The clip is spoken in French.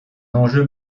enjeu